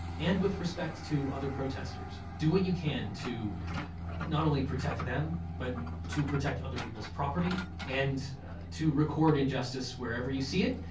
and with respect to other protesters, do what you can to not only protected them, but to protect other people's property and to record injustice wherever you see it,